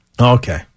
Okay